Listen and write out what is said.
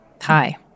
Hi